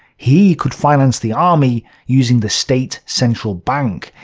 he could finance the army using the state central bank,